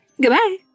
Goodbye